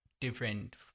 different